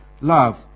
love